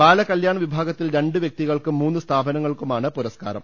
ബാലകല്യാൺ വിഭാഗത്തിൽ രണ്ട് വ്യക്തികൾക്കും മൂന്ന് സ്ഥാപനങ്ങൾക്കുമാണ് പുരസ്കാരം